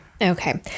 Okay